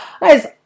guys